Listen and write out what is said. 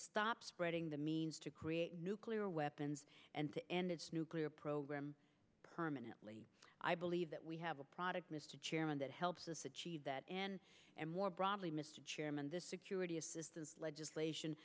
stop spreading the means to create nuclear weapons and to end its nuclear program permanently i believe that we have a product mr chairman that helps us achieve that and more broadly mr chairman this security assistance legislation